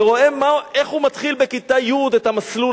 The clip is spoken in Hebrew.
ורואה איך הוא מתחיל בכיתה י' את המסלול,